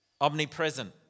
omnipresent